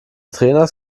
trainers